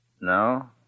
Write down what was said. No